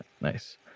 nice